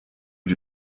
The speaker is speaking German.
die